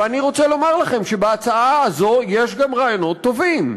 ואני רוצה לומר לכם שבהצעה הזו יש גם רעיונות טובים.